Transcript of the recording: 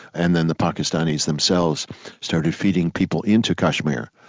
and then the pakistanis themselves started feeding people into kashmir,